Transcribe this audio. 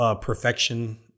Perfection